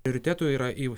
prioritetų yra jų